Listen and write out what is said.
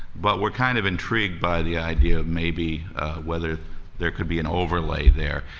but we're kind of intrigued by the idea of maybe whether there could be an overlay there.